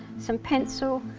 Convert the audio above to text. some pencil,